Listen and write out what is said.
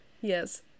Yes